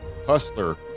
hustler